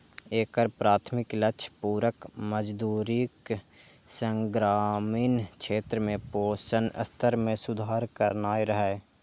एकर प्राथमिक लक्ष्य पूरक मजदूरीक संग ग्रामीण क्षेत्र में पोषण स्तर मे सुधार करनाय रहै